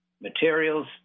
materials